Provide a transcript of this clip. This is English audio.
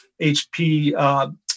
HP